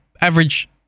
average